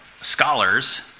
scholars